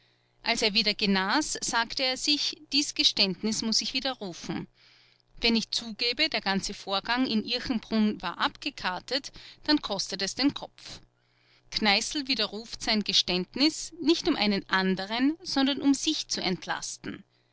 als er wieder genas sagte er sich dies geständnis muß ich widerrufen wenn ich zugebe der ganze vorgang in irchenbrunn war abgekartet kartet dann kostet es den kopf kneißl widerruft sein geständnis nicht um einen anderen sondern um sich zu entlasten